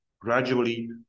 gradually